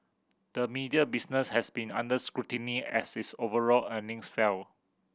the media business has been under scrutiny as its overall earnings fell